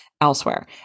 elsewhere